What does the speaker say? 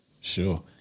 Sure